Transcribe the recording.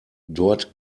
dort